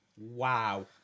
Wow